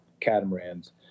catamarans